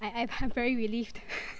I I I'm very relieved